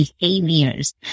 behaviors